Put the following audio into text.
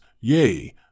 yea